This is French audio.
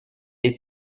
est